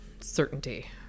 certainty